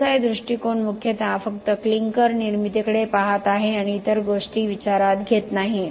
CSI दृष्टीकोन मुख्यतः फक्त क्लिंकर निर्मितीकडे पाहत आहे आणि इतर गोष्टी विचारात घेत नाही